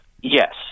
Yes